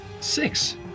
six